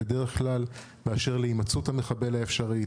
בדרך כלל באשר להימצאות המחבל האפשרית,